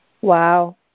Wow